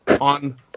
on